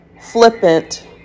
flippant